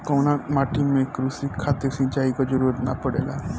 कउना माटी में क़ृषि खातिर सिंचाई क जरूरत ना पड़ेला?